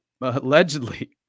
allegedly